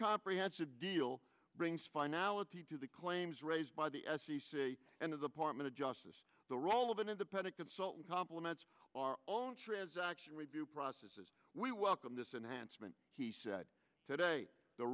comprehensive deal brings finality to the claims raised by the f c c and his apartment of justice the role of an independent consultant compliments our own transaction review process as we welcome this and handsome and he said today the